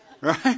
right